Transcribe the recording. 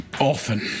often